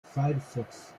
firefox